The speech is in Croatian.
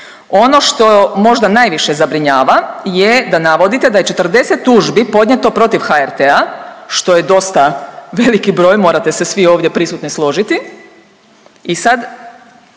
Ono što možda najviše zabrinjava je da navodite da je 40 tužbi podnijeto protiv HRT-a, što je dosta veliki broj, morate se svi ovdje prisutni složiti i sad